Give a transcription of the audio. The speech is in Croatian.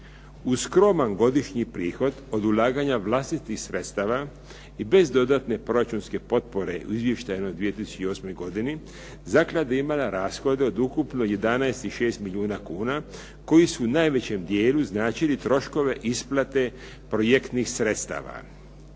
Uz skroman godišnji prihod od ulaganja vlastitih sredstava i bez dodatne proračunske potpore u izvještajnom 2008. godini zaklada je imala rashode od ukupno 11 i 6 milijuna kuna koji su u najvećem dijelu značili troškove isplate projektnih sredstava.